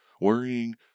Worrying